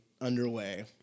underway